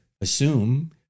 assume